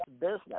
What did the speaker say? business